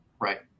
Right